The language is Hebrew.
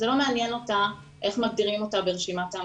זה לא מעניין אותה איך מגדירים אותה ברשימת ההמתנה.